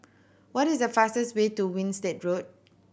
what is the fastest way to Winstedt Road